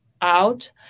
out